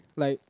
like